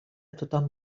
tothom